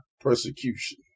persecution